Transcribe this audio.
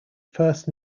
first